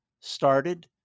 started